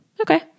okay